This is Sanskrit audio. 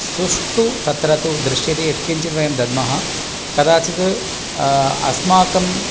सुष्टु तत्र तु दृश्यते यत्किञ्चित् वयं दद्मः कदाचित् अस्माकं